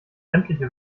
sämtliche